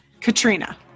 Katrina